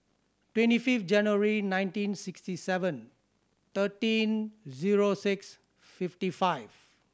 twenty five January nineteen sixty seven thirteen zero six fifty five